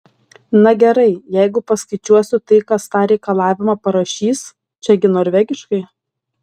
na gerai jeigu paskaičiuosiu tai kas tą reikalavimą parašys čia gi norvegiškai